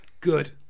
good